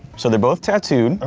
so they're both tattooed, ah